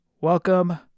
welcome